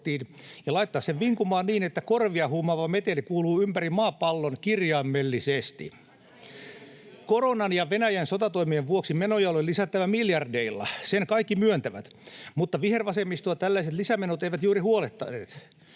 ja laittaa sen vinkumaan niin, että korvia huumaava meteli kuuluu ympäri maapallon kirjaimellisesti. Koronan ja Venäjän sotatoimien vuoksi menoja oli lisättävä miljardeilla, sen kaikki myöntävät, mutta vihervasemmistoa tällaiset lisämenot eivät juuri huolettaneet.